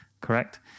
correct